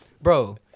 Bro